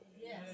Yes